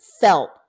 felt